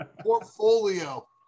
portfolio